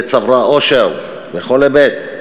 וצברה עושר בכל היבט,